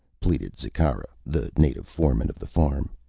pleaded zikkara, the native foreman of the farm.